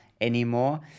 anymore